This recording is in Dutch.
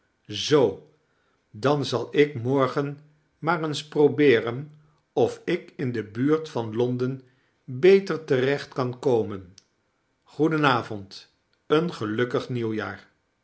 zoo dan zal ik morgen maar eens probeeren of ik in de buurt van londen beter terecht kan komen goeden avond een gelukkig nieuwjaar